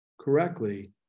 correctly